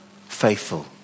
faithful